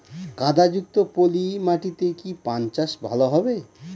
কাদা যুক্ত পলি মাটিতে কি পান চাষ ভালো হবে?